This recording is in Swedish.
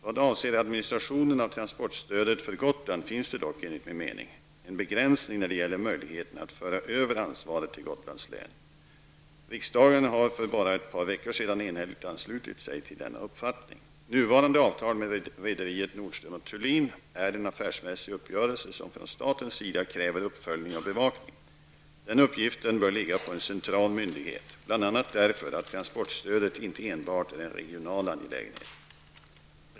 Vad avser administrationen av transportstödet för Gotland finns det dock, enligt min bedömning, en begränsning när det gäller möjligheten att föra över ansvaret till Gotlands län. Riksdagen har för bara ett par veckor sedan enhälligt anslutit sig till denna uppfattning. Nuvarande avtal med rederiet Nordström & Thulin är en affärsmässig uppgörelse som från statens sida kräver uppföljning och bevakning. Den uppgiften bör ligga på en central myndighet, bl.a. därför att transportstödet inte enbart är en regional angelägenhet.